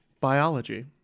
biology